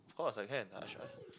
of course I can I